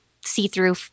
see-through